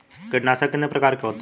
कीटनाशक कितने प्रकार के होते हैं?